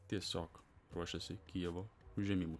tiesiog ruošiasi kijevo užėmimui